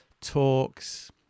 talks